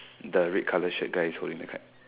the red colour shit guy is holding the kite